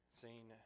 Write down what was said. seen